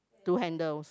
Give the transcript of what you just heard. two handles